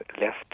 left